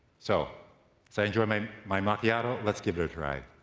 so as i enjoy my my macchiato, let's give it a try.